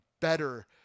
better